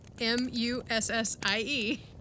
M-U-S-S-I-E